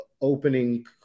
opening